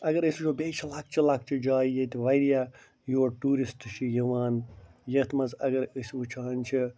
اگر أسۍ وٕچھو بیٚیہِ چھِ لۄکچہِ لۄکچہِ جایہِ ییٚتہِ وارِیاہ یور ٹوٗرسٹ چھِ یِوان یَتھ منٛز اگر أسۍ وٕچھان چھِ